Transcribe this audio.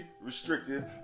restricted